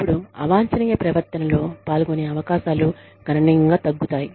అప్పుడు అవాంఛనీయ ప్రవర్తనలో పాల్గొనే అవకాశాలు గణనీయంగా తగ్గుతాయి